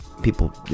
people